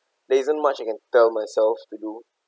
there isn't much you can tell myself to do